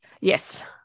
Yes